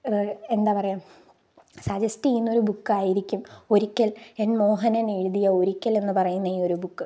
എന്താ പറയുക സജസ്റ്റ ചെയ്യുന്നൊരു ബുക്കായിരിക്കും ഒരിക്കൽ എൻ മോഹനൻ എഴുതിയ ഒരിക്കൽ എന്ന് പറയുന്ന ഈയൊരു ബുക്ക്